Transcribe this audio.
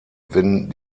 wenn